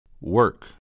work